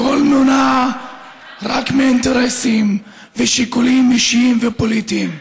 הכול מונע רק מאינטרסים ושיקולים אישיים ופוליטיים.